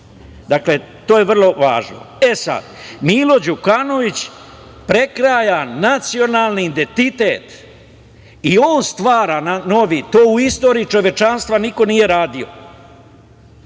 Dakle, to je vrlo važno.E, sada Milo Đukanović prekraja nacionalni identitet i on stvara novi, a to u istoriji čovečanstva niko nije radio,